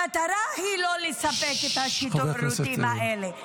המטרה היא לא לספק את השירותים האלה.